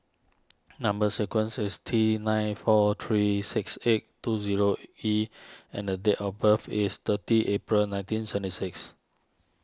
Number Sequence is T nine four three six eight two zero E and date of birth is thirty April nineteen senti six